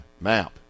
map